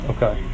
Okay